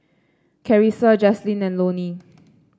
Carisa Jazlyn and Loni